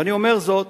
ואני אומר זאת